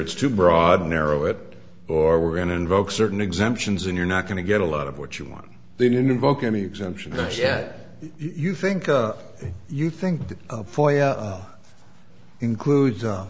it's too broad and narrow it or we're going to invoke certain exemptions and you're not going to get a lot of what you want they didn't invoke any exemption yet you think you think that includes